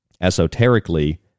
esoterically